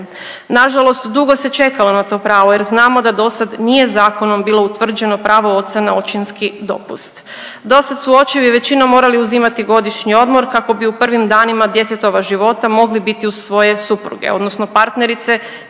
Nažalost dugo se čekalo na to pravo jer znamo da dosada nije zakonom bilo utvrđeno pravo oca na očinski dopust. Dosada su očevi većinom morali uzimati godišnji odmor kako bi u prvim danima djetetova života mogli biti uz svoje supruge odnosno partnerice